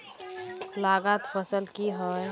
लागत फसल की होय?